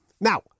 now